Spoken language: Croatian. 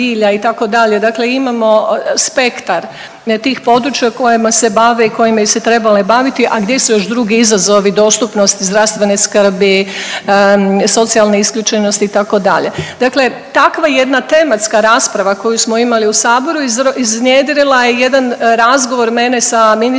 dakle imamo spektar tih područja kojima se bave i kojima bi se trebale baviti, a gdje su još drugi izazovi dostupnosti zdravstvene skrbi, socijalne isključenosti itd.. Dakle takva jedna tematska rasprava koju smo imali u saboru iznjedrila je jedan razgovor mene sa ministricom